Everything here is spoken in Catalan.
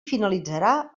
finalitzarà